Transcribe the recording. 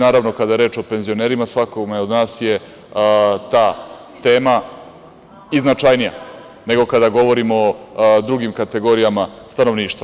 Naravno, kada je reč o penzionerima svakome od nas je ta tema i značajnija nego kada govorimo o drugim kategorijama stanovništva.